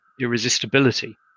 irresistibility